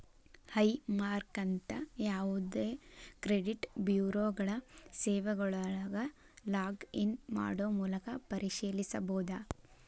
high ಮಾರ್ಕ್ನಂತ ಯಾವದೇ credit ಬ್ಯೂರೋಗಳ ಸೇವೆಯೊಳಗ ಲಾಗ್ ಇನ್ ಮಾಡೊ ಮೂಲಕ ಪರಿಶೇಲಿಸಬೋದ